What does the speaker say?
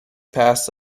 passed